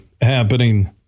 happening